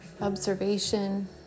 observation